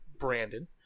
Brandon